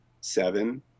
seven